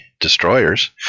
destroyers